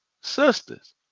sisters